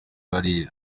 hariya